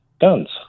guns